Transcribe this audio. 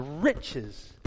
riches